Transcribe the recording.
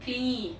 clingy